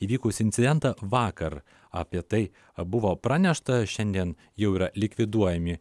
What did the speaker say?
įvykusį incidentą vakar apie tai buvo pranešta šiandien jau yra likviduojami